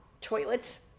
toilets